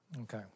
Okay